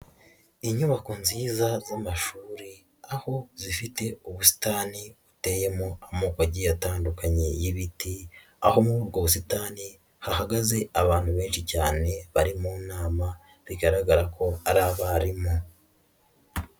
Inyubako nziza z'amashuri aho zifite ubusitani buteyemo amoko agiye atandukanye y'ibiti, aho muri ubwo busitani hahagaze abantu benshi cyane bari mu nama bigaragara ko ari abarimu.